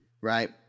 right